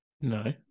No